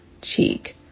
cheek